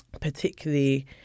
particularly